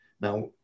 Now